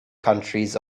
countries